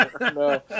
No